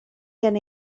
gen